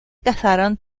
casaron